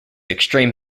extreme